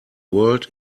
world